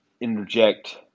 interject